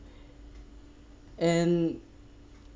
and